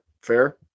fair